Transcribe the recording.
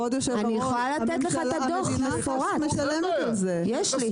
אני יכולה לתת לך את הדוח מפורט על זה, יש לי.